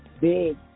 big